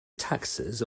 taxes